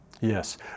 Yes